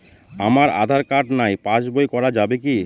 আমার আঁধার কার্ড নাই পাস বই করা যাবে কি?